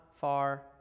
far